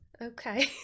Okay